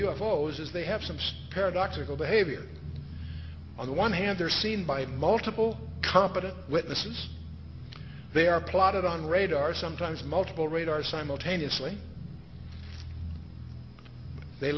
those is they have some paradoxical behavior on the one hand they're seen by multiple competent witnesses they are plotted on radar sometimes multiple radar simultaneously they